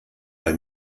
bei